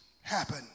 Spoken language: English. happen